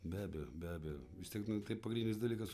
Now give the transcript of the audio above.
be abejo be abejo vis tiek nu tai pagrindinis dalykas